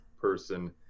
person